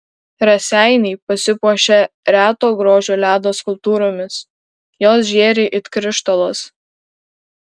raseiniai pasipuošė reto grožio ledo skulptūromis jos žėri it krištolas